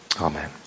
amen